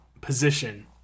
position